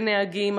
בין נהגים,